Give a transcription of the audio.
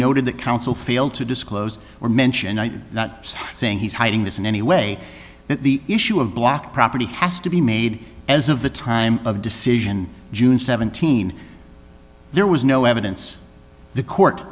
noted that counsel failed to disclose or mentioned not saying he's hiding this in any way that the issue of block property has to be made as of the time of decision june seventeen there was no evidence the court